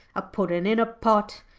a puddin' in a pot,